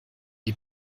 die